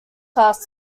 class